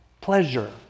pleasure